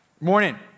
Morning